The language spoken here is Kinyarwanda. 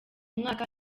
mwaka